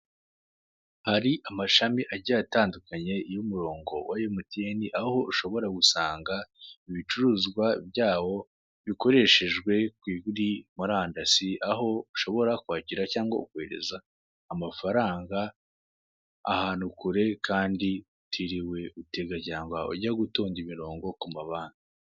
Hari amashami agiye atandukanye y'umurongo wa emutiyeni aho ushobora gusanga ibicuruzwa byawo bikoreshejwe kuri murandasi, aho ushobora kwakira cyangwa ukohereza amafaranga ahantu kure kandi utiriwe utega cyangwa ujya gutonda umurongo ku ma banki.